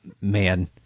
man